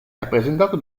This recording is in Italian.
rappresentato